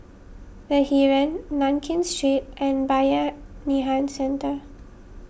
the Heeren Nankin Street and Bayanihan Centre